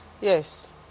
Yes